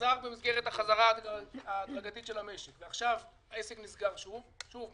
חזר במסגרת החזרה ההדרגתית של המשק ועכשיו העסק נסגר שוב,